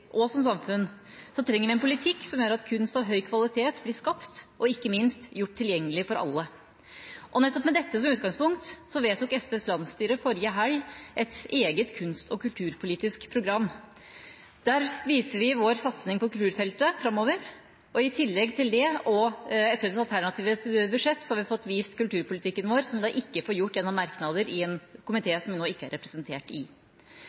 og som samfunn, trenger vi en politikk som gjør at kunst av høy kvalitet blir skapt og ikke minst gjort tilgjengelig for alle. Nettopp med dette som utgangspunkt vedtok SVs landsstyre forrige helg et eget kunst- og kulturpolitisk program. Der viser vi vår satsing på kulturfeltet framover. Med dette programmet og SVs alternative budsjett har vi fått vist kulturpolitikken vår på en måte som vi ikke får gjort gjennom merknader i en innstilling fra en komité som vi nå ikke er representert i.